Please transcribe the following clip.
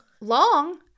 Long